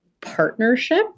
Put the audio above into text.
partnership